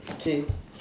okay